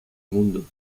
mundo